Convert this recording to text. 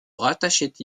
rattachait